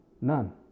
None